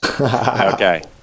Okay